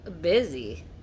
busy